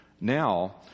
Now